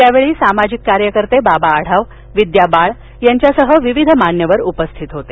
यावेळी सामाजिक कार्यकर्ते बाबा आढाव विद्या बाळ यांच्यासह विविध मान्यवर उपस्थित होते